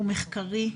הוא מחקרי,